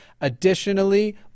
Additionally